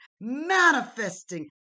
manifesting